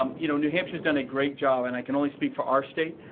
um you know, new hampshire has done a great job and i can only speak for our state.